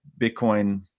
Bitcoin